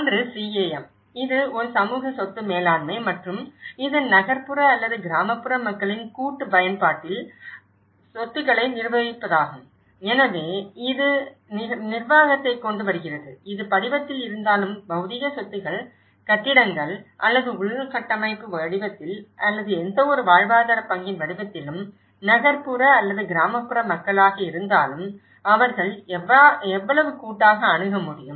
ஒன்று CAM இது ஒரு சமூக சொத்து மேலாண்மை மற்றும் இது நகர்ப்புற அல்லது கிராமப்புற மக்களின் கூட்டு பயன்பாட்டில் பவுதீக சொத்துக்களை நிர்வகிப்பதாகும் எனவே இது நிர்வாகத்தை கொண்டு வருகிறது இது படிவத்தில் இருந்தாலும் பவுதீக சொத்துக்கள் கட்டிடங்கள் அல்லது உள்கட்டமைப்பு வடிவத்தில் அல்லது எந்தவொரு வாழ்வாதாரப் பங்கின் வடிவத்திலும் நகர்ப்புற அல்லது கிராமப்புற மக்களாக இருந்தாலும் அவர்கள் எவ்வளவு கூட்டாக அணுக முடியும்